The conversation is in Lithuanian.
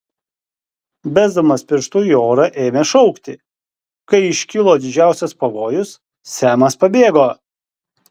besdamas pirštu į orą ėmė šaukti kai iškilo didžiausias pavojus semas pabėgo